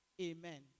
Amen